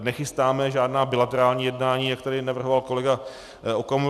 Nechystáme žádná bilaterální jednání, jak tady navrhoval kolega Okamura.